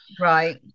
right